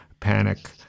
panic